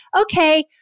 okay